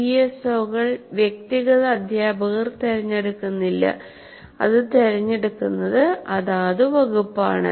പിഎസ്ഒകൾ വ്യക്തിഗത അധ്യാപകർ തിരഞ്ഞെടുക്കുന്നില്ല അത് തിരഞ്ഞെടുക്കുന്നത് അതാതു വകുപ്പാണ്